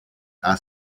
are